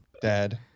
dad